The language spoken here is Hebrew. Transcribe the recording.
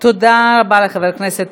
תודה רבה לחבר הכנסת.